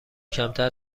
کمتر